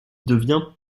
devient